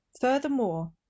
Furthermore